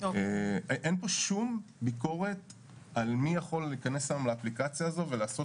אין פה שום ביקורת על מי יכול להיכנס היום לאפליקציה הזו ולעשות